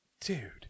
dude